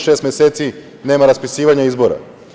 Šest meseci nema raspisivanja izbora.